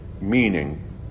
meaning